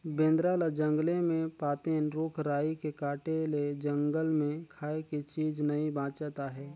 बेंदरा ल जंगले मे पातेन, रूख राई के काटे ले जंगल मे खाए के चीज नइ बाचत आहे